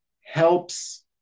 helps